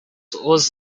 was